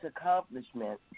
accomplishment